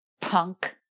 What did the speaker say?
punk